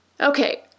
Okay